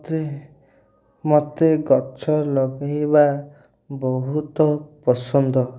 ମୋତେ ମୋତେ ଗଛ ଲଗେଇବା ବହୁତ ପସନ୍ଦ